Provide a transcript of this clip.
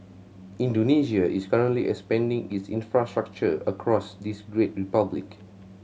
Indonesia is currently expanding its infrastructure across this great republic